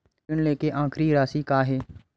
ऋण लेके आखिरी राशि का हे?